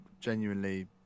Genuinely